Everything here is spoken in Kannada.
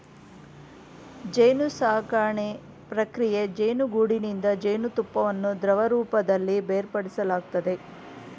ಜೇನುಸಾಕಣೆ ಪ್ರಕ್ರಿಯೆ ಜೇನುಗೂಡಿನಿಂದ ಜೇನುತುಪ್ಪವನ್ನು ದ್ರವರೂಪದಲ್ಲಿ ಬೇರ್ಪಡಿಸಲಾಗ್ತದೆ